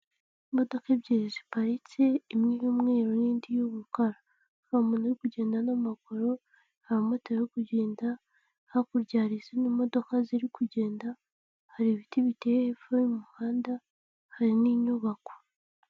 Imodoka ebyiri ziparitse imwe y'umweru n'indi y'ubukara, hari umuntu uri kugenda n'amaguru, abamotari bari kugenda, hakurya hari izindi modoka ziri kugenda, hari ibiti biteye hepfo y'umuhanda, hari n'inyubako.